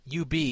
UB